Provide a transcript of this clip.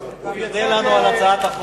הוא ייצג גם אותנו.